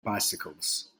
bicycles